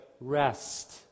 rest